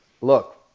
look